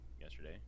yesterday